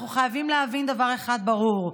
אנחנו חייבים להבין דבר אחד ברור: